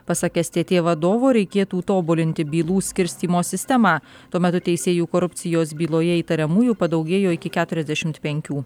pasak stt vadovo reikėtų tobulinti bylų skirstymo sistemą tuo metu teisėjų korupcijos byloje įtariamųjų padaugėjo iki keturiasdešimt penkių